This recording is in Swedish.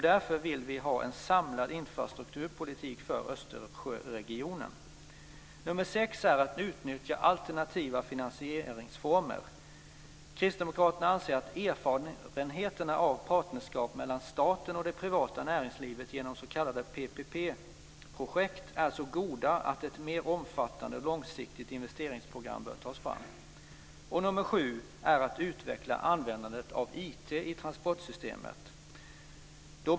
Därför vill vi ha en samlad infrastrukturpolitik för Östersjöregionen. För det sjätte: Utnyttja alternativa finansieringsformer. Kristdemokraterna anser att erfarenheterna av partnerskap mellan staten och det privata näringslivet genom s.k. PPP-projekt är så goda att ett mer omfattande och långsiktigt investeringsprogram bör tas fram. För det sjunde: Utveckla användandet av IT i transportsystemet.